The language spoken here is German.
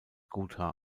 gotha